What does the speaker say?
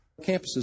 Campuses